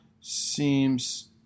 seems